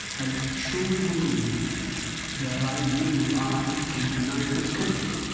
i truly believe that i we, i can unite this country.